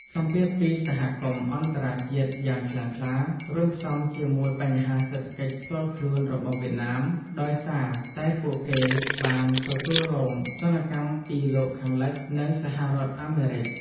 សម្ពាធពីសហគមន៍អន្តរជាតិយ៉ាងខ្លាំងក្លា រួមផ្សំជាមួយបញ្ហាសេដ្ឋកិច្ចផ្ទាល់ខ្លួនរបស់វៀតណាម ដោយសារតែពួកគេបានទទួលរងទណ្ឌកម្មពីលោកខាងលិច និងសហរដ្ឋអាមេរិក។